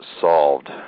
Solved